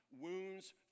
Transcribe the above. Wounds